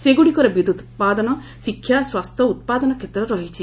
ସେଗୁଡିକ ବିଦ୍ୟୁତ ଉତ୍ପାଦନ ଶିକ୍ଷା ସ୍ୱାସ୍ଥ୍ୟ ଓ ଉତ୍ପାଦନ କ୍ଷେତ୍ର ରହିଛି